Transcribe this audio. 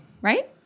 right